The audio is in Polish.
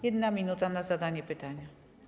1 minuta na zadanie pytania.